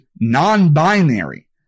non-binary